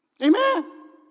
Amen